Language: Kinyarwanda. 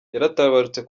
yaratabarutse